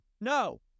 no